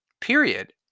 Period